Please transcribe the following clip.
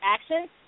action